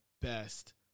best